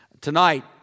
Tonight